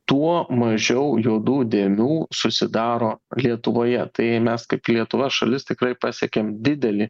tuo mažiau juodų dėmių susidaro lietuvoje tai mes kaip lietuva šalis tikrai pasiekėm didelį